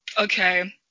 Okay